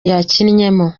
yakinnyemo